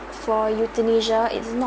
for euthanasia is not